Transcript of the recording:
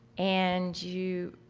and you?